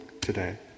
today